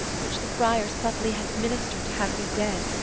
which the friar subtly hath minister'd to have me dead,